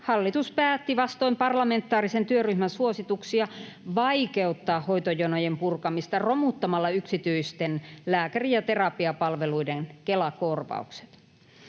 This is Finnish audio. hallitus päätti vastoin parlamentaarisen työryhmän suosituksia vaikeuttaa hoitojonojen purkamista romuttamalla yksityisten lääkäri- ja terapiapalveluiden Kela-korvaukset.